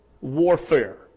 warfare